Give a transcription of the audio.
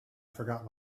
forgot